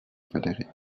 confédérés